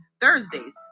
Thursdays